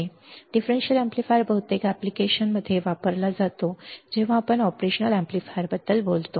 differential amplifier बहुतेक अॅप्लिकेशनमध्ये वापरला जातो जेव्हा आपण ऑपरेशनल एम्पलीफायरबद्दल बोलतो